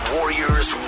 Warriors